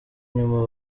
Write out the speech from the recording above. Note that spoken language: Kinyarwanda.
nyuma